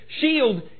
shield